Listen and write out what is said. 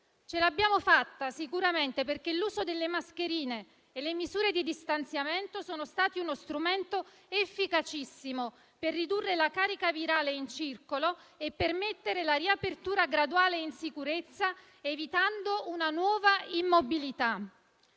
Ce l'abbiamo fatta sicuramente perché l'uso delle mascherine e le misure di distanziamento sono stati strumenti efficacissimi per ridurre la carica virale in circolo e permettere la riapertura graduale in sicurezza, evitando una nuova immobilità.